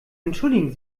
entschuldigen